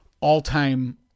all-time